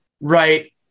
right